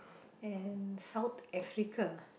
and South Africa